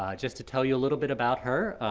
ah just to tell you a little bit about her,